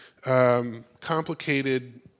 complicated